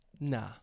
Nah